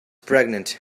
pregnant